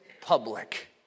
Public